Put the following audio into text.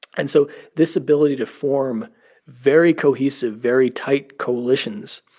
and so this ability to form very cohesive, very tight coalitions,